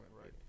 right